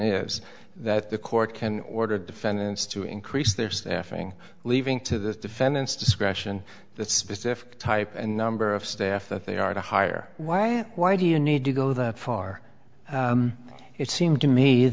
is that the court can order defendants to increase their staffing leaving to the defendant's discretion the specific type and number of staff that they are to hire why and why do you need to go that far it seemed to me